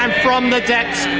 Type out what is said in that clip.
and from the depths,